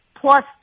plus